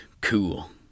Cool